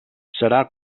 serà